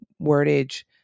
wordage